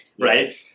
right